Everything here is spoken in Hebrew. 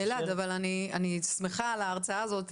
--- אלעד אני שמחה על ההרצאה הזאת,